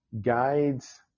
guides